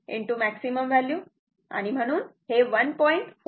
707 maximum value म्हणून हे 1